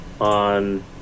on